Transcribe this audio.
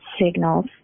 signals